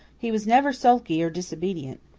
he was never sulky or disobedient.